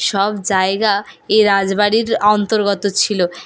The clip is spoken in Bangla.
সব জায়গা এই রাজবাড়ির অন্তর্গত ছিলো